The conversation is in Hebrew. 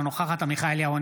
אינה נוכחת עמיחי אליהו,